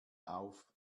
auf